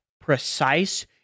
precise